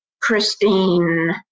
Christine